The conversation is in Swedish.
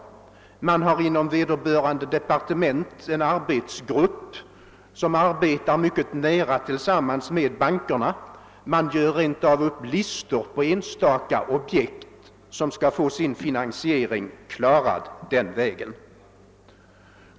Man har inom vederbörande departement en arbetsgrupp som arbetar myc ket nära tillsammans med bankerna — man gör rent av upp listor på enstaka objekt som skall få sin finansiering klarad den vägen.